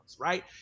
right